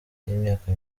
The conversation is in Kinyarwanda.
cy’imyaka